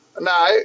No